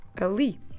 ali